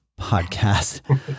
podcast